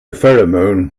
pheromone